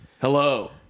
Hello